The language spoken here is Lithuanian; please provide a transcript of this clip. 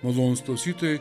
malonūs klausytojai